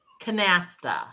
canasta